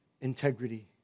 integrity